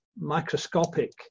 microscopic